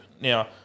Now